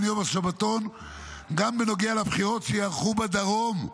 יום השבתון גם בנוגע לבחירות שייערכו בדרום,